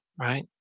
right